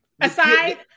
Aside